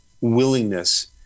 willingness